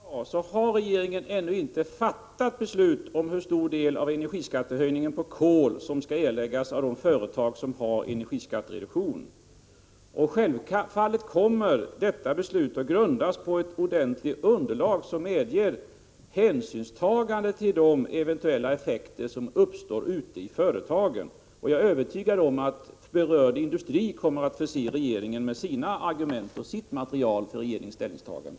Herr talman! Som jag sagt i mitt svar har regeringen ännu inte fattat beslut om hur stor del av energiskattehöjningen på kol som skall erläggas av de företag som har energiskattereduktion. Självklart kommer detta beslut att grundas på ordentligt underlag, som tar hänsyn till de eventuella effekter som uppkommer ute i företagen. Jag är övertygad om att berörd industri kommer att förse regeringen med sina argument och sitt material för ställningstagande.